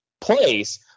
place